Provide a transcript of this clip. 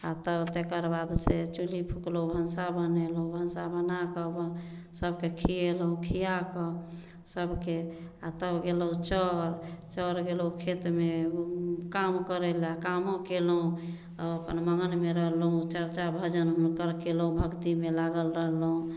आ तब तेकर बाद से चुल्हि फुकलहुॅं भनसा बनेलहुॅं भनसा बनाकऽ अपन सभके खिएलहुॅं खिया कऽ सभके आ तब गेलहुॅं चऽर चऽर गेलहुॅं खेतमे ओ काम करै लए कामो केलहुॅं आ अपन मगनमे रहलहुॅं चर्चा भजन हुनकर केलहुॅं भक्तिमे लागल रहलहुॅं